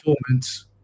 performance